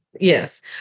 Yes